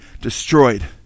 destroyed